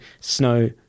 snow